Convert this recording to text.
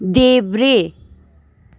देब्रे